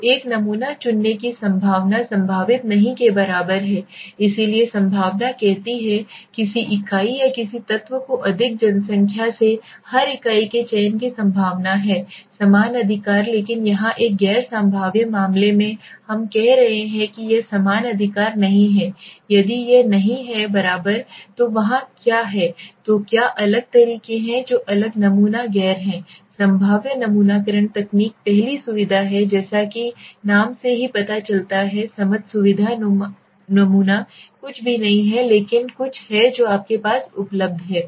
तो एक नमूना चुनने की संभावना संभावित नहीं के बराबर है इसलिए संभावना कहती है किसी इकाई या किसी तत्व को अधिक जनसंख्या से हर इकाई के चयन की संभावना है समान अधिकार लेकिन यहां एक गैर संभाव्य मामले में हम कह रहे हैं कि यह समान अधिकार नहीं है यदि यह नहीं है बराबर तो वहाँ क्या है तो क्या अलग तरीके हैं जो अलग नमूना गैर हैं संभाव्य नमूनाकरण तकनीक पहली सुविधा है जैसा कि नाम से ही पता चलता है समझ सुविधा नमूना कुछ भी नहीं है लेकिन कुछ है जो आपके पास उपलब्ध है